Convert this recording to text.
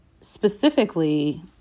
Specifically